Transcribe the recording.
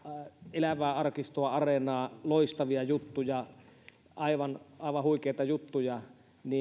elävää arkistoa areenaa loistavia juttuja aivan aivan huikeita juttuja